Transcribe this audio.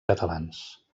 catalans